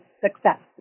success